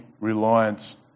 reliance